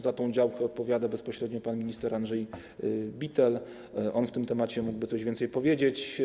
Za tę działkę odpowiada bezpośrednio pan minister Andrzej Bittel, on na ten temat mógłby coś więcej powiedzieć.